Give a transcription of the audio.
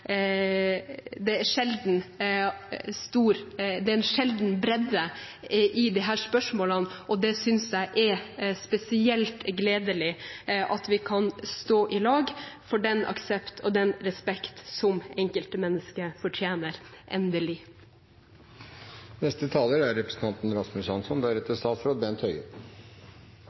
er en sjelden bredde i disse spørsmålene, og jeg synes det er spesielt gledelig at vi endelig kan stå i lag om den aksepten og den respekten som enkeltmennesket fortjener.